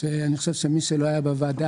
ואני חושב שמי שלא היה בוועדה,